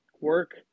work